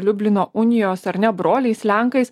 liublino unijos ar ne broliais lenkais